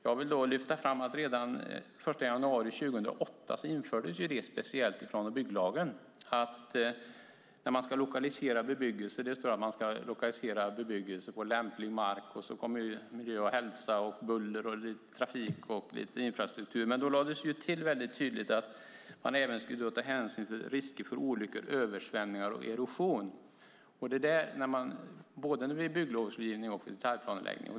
Redan den 1 januari 2008 infördes det speciellt i plan och bygglagen. Det står att man ska lokalisera bebyggelse på lämplig mark, och det står om miljö och hälsa, buller, trafik och infrastruktur. Man lade till att man även ska ta hänsyn till risker för olyckor, översvämningar och erosion både vid bygglovsgivning och vid detaljplanhandläggning.